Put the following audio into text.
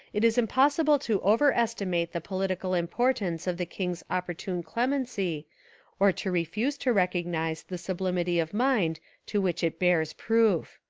it is impossible to overestimate the political impor tance of the king's opportune clemency or to refuse to recognise the sublimity of mind to which it bears proof.